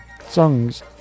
songs